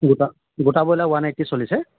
গোটা গোটা broiler one eighty চলিছেন